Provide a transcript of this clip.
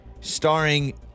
starring